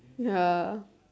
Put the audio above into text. ya